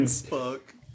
fuck